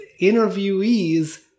interviewees